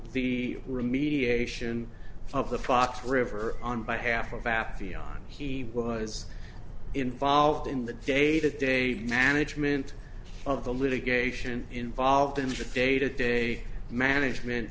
the remediation of the fox river on behalf of afi on he was involved in the day to day management of the litigation involved in the fate of day management